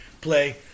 play